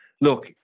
look